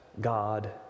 God